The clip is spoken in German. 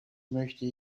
möchte